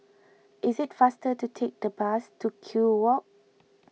is it faster to take the bus to Kew Walk